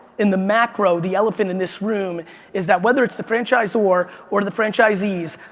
in the macro, the elephant in this room is that whether it's the franchisor or or the franchisees,